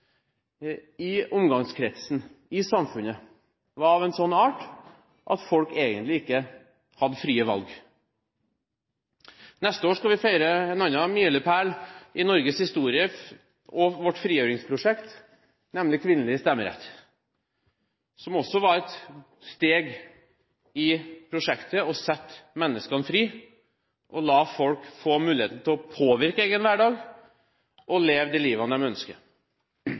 i omgangskretsen og i samfunnet var av en sånn art at folk egentlig ikke kunne ta frie valg. Neste år skal vi feire en annen milepæl i Norges historie og i vårt frigjøringsprosjekt, nemlig kvinnelig stemmerett, som også var et steg i prosjektet å sette menneskene fri og la folk få mulighet til å påvirke egen hverdag og leve de livene